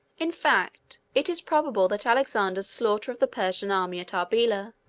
in fact it is probable that alexander's slaughter of the persian army at arbela,